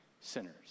sinners